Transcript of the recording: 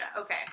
Okay